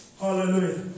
Hallelujah